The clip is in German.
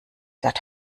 wird